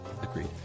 Agreed